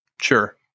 Sure